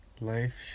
Life